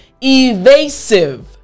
evasive